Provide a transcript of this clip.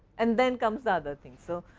and then comes the other things. so,